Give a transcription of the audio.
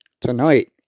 tonight